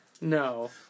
no